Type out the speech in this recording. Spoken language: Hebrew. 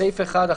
בסעיף 1,